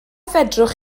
fedrwch